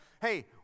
hey